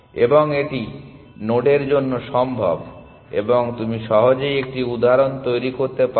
এবং এটি নোডের জন্য সম্ভব এবং তুমি সহজেই একটি উদাহরণ তৈরি করতে পারো